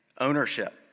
ownership